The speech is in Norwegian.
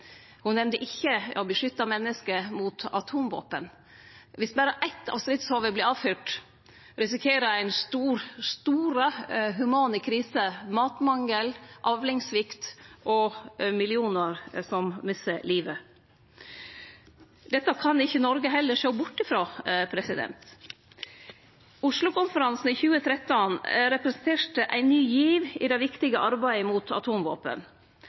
Ho nemnde ikkje å beskytte menneske mot atomvåpen. Viss berre eitt av stridshovuda vert fyrt av, risikerer ein store humanitære kriser – matmangel, avlingssvikt og millionar som misser livet. Dette kan ikkje Noreg heller sjå bort frå. Oslo-konferansen i 2013 representerte ein ny giv i det viktige arbeidet mot atomvåpen.